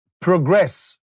progress